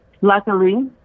Luckily